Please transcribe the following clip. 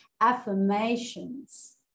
affirmations